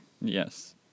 Yes